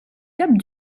cap